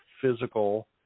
physical